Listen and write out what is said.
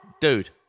Dude